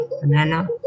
banana